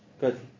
Good